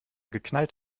geknallt